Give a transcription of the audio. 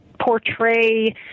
portray